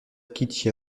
quitte